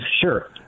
sure